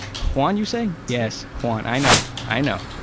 juan you say? yes juan, i know i know.